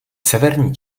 severní